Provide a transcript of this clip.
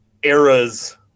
era's